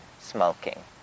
smoking